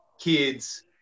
kids